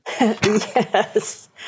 Yes